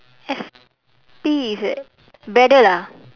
S_P is at braddell ah